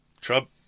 Trump